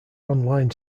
online